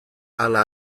ala